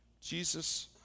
Jesus